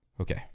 okay